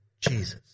Jesus